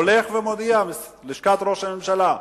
הולכת ומודיעה לשכת ראש הממשלה,